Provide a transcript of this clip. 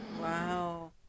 Wow